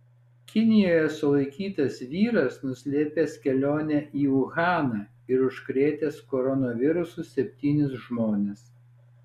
kinijoje sulaikytas vyras nuslėpęs kelionę į uhaną ir užkrėtęs koronavirusu septynis žmones